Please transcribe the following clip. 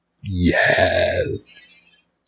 Yes